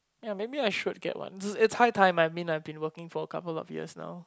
ya maybe I should get one it's high time I mean I've been working for a couple of years now